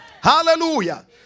Hallelujah